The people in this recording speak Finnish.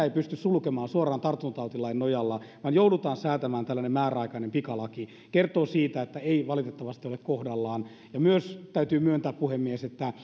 ei pysty sulkemaan suoraan tartuntatautilain nojalla vaan joudutaan säätämään tällainen määräaikainen pikalaki se kertoo siitä että ei valitettavasti ole kohdallaan täytyy myöntää puhemies että